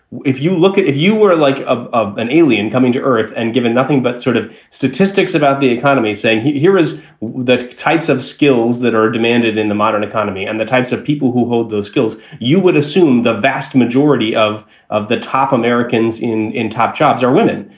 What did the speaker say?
if you look at if you were like ah an alien coming to earth and given nothing but sort of statistics about the economy, saying here is the types of skills that are demanded in the modern economy and the types of people who those skills, you would assume the vast majority of of the. top americans in in top jobs are women,